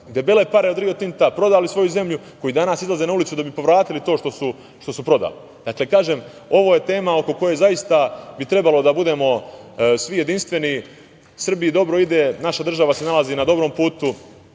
debele pare od Rio Tinta, prodali svoju zemlju, koji danas izlaze na ulicu da bi povratili to što su prodali. Dakle, kažem, ovo je tema oko koje zaista bi trebalo da budemo svi jedinstveni. Srbiji dobro ide, naša država se nalazi na dobrom putu,